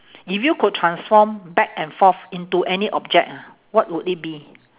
if you could transform back and forth into any object ah what would it be